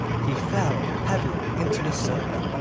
he fell heavily into the surf,